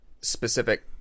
specific